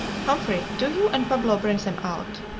humphrey, do you and pablo bring them out.